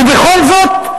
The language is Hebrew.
ובכל זאת,